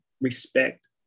respect